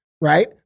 right